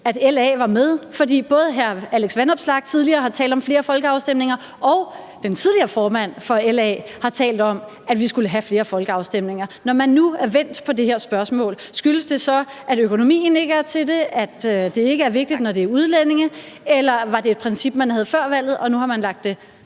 at LA var med, fordi både hr. Alex Vanopslagh tidligere har talt om flere folkeafstemninger og den tidligere formand for LA har talt om, at vi skulle have flere folkeafstemninger. Når man nu er vendt på det her spørgsmål, skyldes det så, at økonomien ikke er til det, at det ikke er vigtigt, når det er udlændinge, eller var det et princip, som man havde før valget, som man nu har lagt til